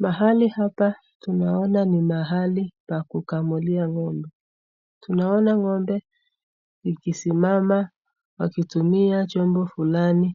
Mahali hapa tunaona ni mahali pa kukamulia ng'ombe. Tunaona ng'ombe ikisimama wakitumia chombo fulani